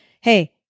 hey